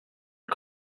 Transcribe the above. are